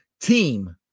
team